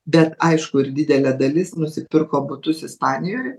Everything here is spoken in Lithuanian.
bet aišku ir didelė dalis nusipirko butus ispanijoj